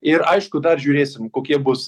ir aišku dar žiūrėsim kokie bus